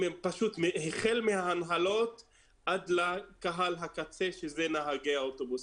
החל מההנהלות עד לקהל הקצה שזה נהגי האוטובוס,